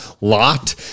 lot